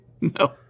No